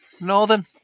Northern